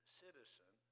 citizen